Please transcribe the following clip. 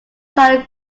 salem